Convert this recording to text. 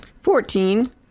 Fourteen